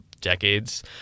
decades